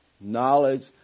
knowledge